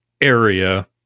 area